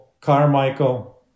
Carmichael